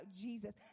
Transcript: Jesus